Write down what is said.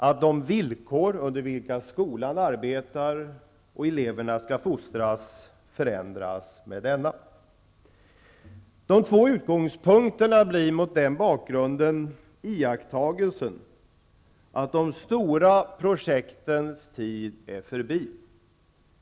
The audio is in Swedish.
Och de villkor under vilka skolan arbetar och eleverna skall fostras förändras med denna. Den första av de två utgångspunkterna blir mot den bakgrunden iakttagelsen att de stora projektens tid är förbi.